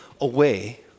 away